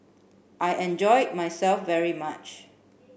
I enjoyed myself very much